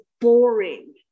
boring